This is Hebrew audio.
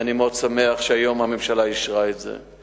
ואני מאוד שמח שהיום הממשלה אישרה את זה.